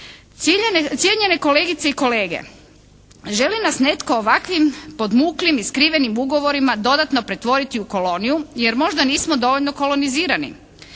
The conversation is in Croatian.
Cijenjene kolegice i kolege, želi nas netko ovakvim podmuklim i skrivenim ugovorima dodatno pretvoriti u koloniju, jer možda nismo dovoljno kolonizirani.